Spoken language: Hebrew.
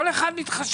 כל אחד מתחשב.